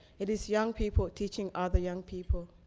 it is young people teaching other young people.